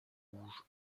rouge